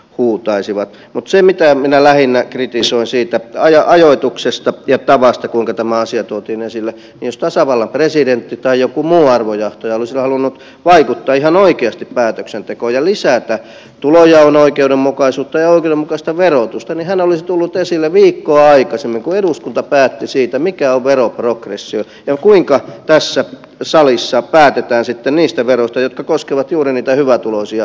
mutta se mitä minä lähinnä kritisoin siitä ajoituksesta ja tavasta kuinka tämä asia tuotiin esille on että jos tasavallan presidentti tai joku muu arvojohtaja olisi halunnut vaikuttaa ihan oikeasti päätöksentekoon ja lisätä tulonjaon oikeudenmukaisuutta ja oikeudenmukaista verotusta niin hän olisi tullut esille viikkoa aikaisemmin kun eduskunta päätti siitä mikä on veroprogressio ja kuinka tässä salissa päätetään sitten niistä veroista jotka koskevat juuri niitä hyvätuloisia kansalaisia